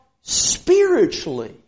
spiritually